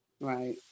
Right